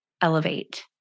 elevate